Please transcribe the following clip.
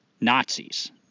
Nazis